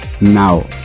now